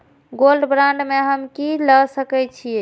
Gold bond में हम की ल सकै छियै?